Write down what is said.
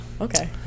okay